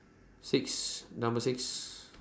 six Number six